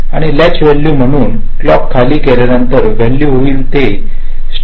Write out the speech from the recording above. आणि last value म्हणून क्लॉकखाली गेल्यानंतर व्हॅल्यू होईल ते शेवटी स्टोअर होईल